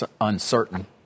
uncertain